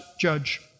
judge